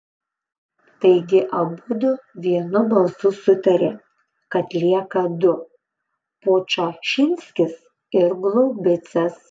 taigi abudu vienu balsu sutarė kad lieka du podčašinskis ir glaubicas